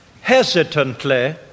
hesitantly